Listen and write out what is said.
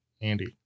Andy